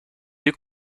deux